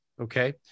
Okay